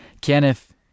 Kenneth